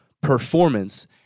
performance